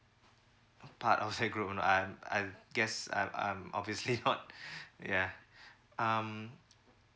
but I'll say grown I'm I I guess I'm I'm obviously not yeah um